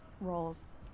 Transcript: roles